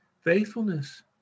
faithfulness